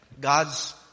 God's